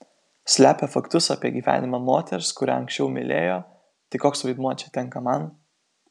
slepia faktus apie gyvenimą moters kurią anksčiau mylėjo tai koks vaidmuo čia tenka man